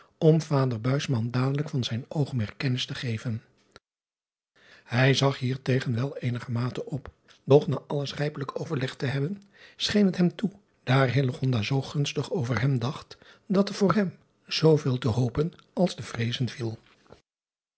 om vader dadelijk van zijn oogmerk kennis te geven ij zag hiertegen wel eenigermate op doch na alles rijpelijk overlegd te hebben scheen het hem toe daar zoo gunstig over hem dacht dat er voor hem zooveel te hopen als te vreezen viel